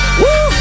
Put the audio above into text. woo